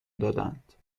دادند